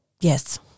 yes